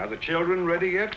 the children ready yet